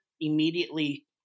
immediately